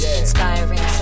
inspiring